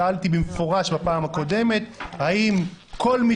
שאלתי במפורש בפעם הקודמת האם כל מי